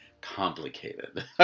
complicated